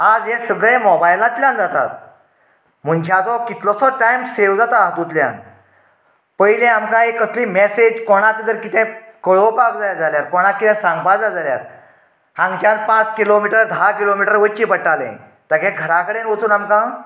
आज हे सगळें मोबायलांतल्यान जातात मनशाचो कितलोसोच टायम सेव जाता हातूंतल्यान पयले आमकां एक कसलीच मेसेज एक कोणाक कितें कळोवपाक जाय जाल्यार कोणाक कितें सांगपाक जाय जाल्यार हांगच्यान पांच किलोमिटर धा किलोमिटर वचचें पडटाले तागे घरा कडेन वचून आमकां